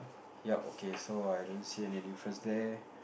yup okay so I don't see any difference there